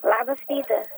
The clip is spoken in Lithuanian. labas rytas